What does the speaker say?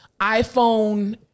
iphone